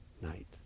night